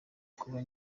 kuba